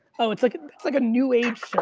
oh, it's like it's like a new age